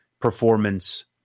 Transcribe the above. performance